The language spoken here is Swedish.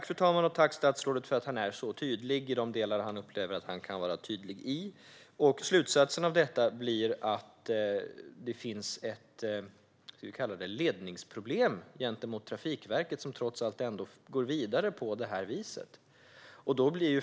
Fru talman! Jag tackar statsrådet för att han är tydlig i de delar som han upplever att han kan vara tydlig i. Slutsatsen av detta blir att det finns ett ledningsproblem gentemot Trafikverket, som trots allt går vidare på det här viset.